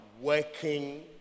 working